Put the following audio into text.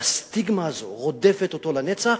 והסטיגמה הזאת רודפת אותו לנצח.